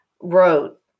wrote